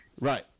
Right